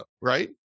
right